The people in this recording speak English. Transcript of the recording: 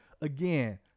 Again